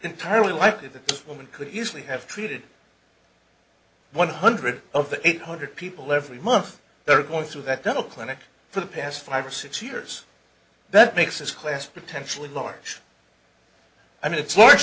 entirely likely that women could easily have treated one hundred of the eight hundred people every month they're going through that dental clinic for the past five or six years that makes this class potentially large i mean it's large